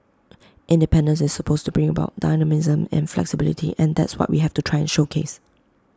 independence is supposed to bring about dynamism and flexibility and that's what we have to try and showcase